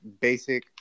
basic